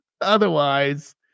Otherwise